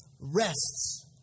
rests